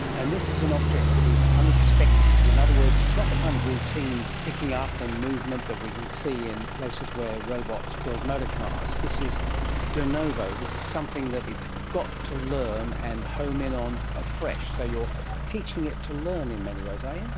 and this is an object that is unexpected. in other words, it's not the kind of routine picking up and movement that we can see in places where robots build motorcars, this is de novo, this is something that it's got to learn and home in on afresh. so you are teaching it to learn in many ways, are you?